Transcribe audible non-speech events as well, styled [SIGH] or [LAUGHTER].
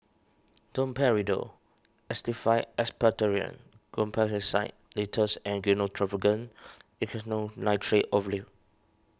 Domperidone Actified Expectorant Guaiphenesin Linctus and Gyno Travogen [UNINTELLIGIBLE] Nitrate Ovule